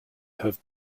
have